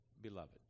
beloved